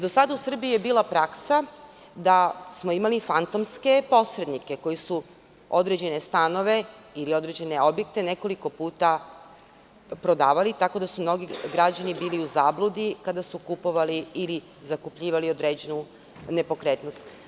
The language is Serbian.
Do sada je u Srbiji bila praksa da smo imali fantomske posrednike koji su određene stanove ili određene objekte nekoliko puta prodavali, tako da su mnogi građani bili u zabludi kada su kupovali ili zakupljivali određenu nepokretnost.